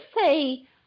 say